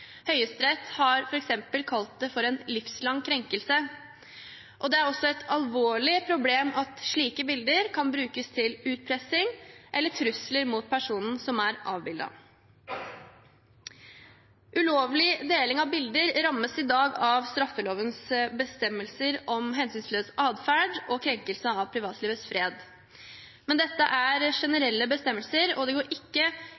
Høyesterett har f.eks. kalt det for en «livslang krenkelse», og det er også et alvorlig problem at slike bilder kan brukes til utpressing eller trusler mot personen som er avbildet. Ulovlig deling av bilder rammes i dag av straffelovens bestemmelser om hensynsløs atferd og krenkelse av privatlivets fred, men dette er generelle bestemmelser og det går ikke